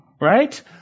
right